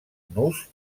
nus